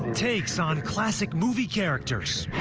takes on classic movie characters